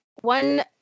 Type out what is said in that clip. one